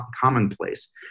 commonplace